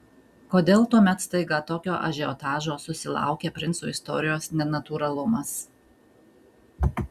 kodėl tuomet staiga tokio ažiotažo susilaukė princų istorijos nenatūralumas